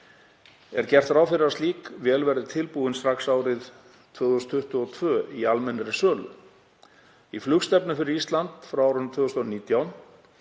Er gert ráð fyrir að slík vél verði tilbúin strax árið 2022 í almennri sölu. Í flugstefnu fyrir Ísland frá árinu 2019